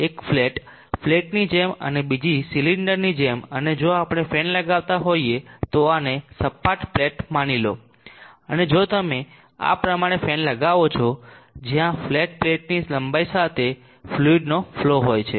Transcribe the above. એક ફ્લેટ પ્લેટની જેમ અને બીજી સિલિન્ડરની જેમ અને જો આપણે ફેન લગાવતા હોઈએ તો આને સપાટ પ્લેટ માની લો અને જો તમે આ પ્રમાણે ફેન લગાવો છો જ્યાં ફ્લેટ પ્લેટની લંબાઈ સાથે ફ્લુઈડનો ફલો હોય છે